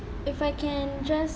if I can just